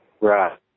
Right